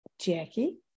Jackie